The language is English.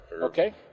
Okay